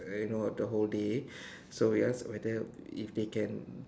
you know the whole day so we ask whether if they can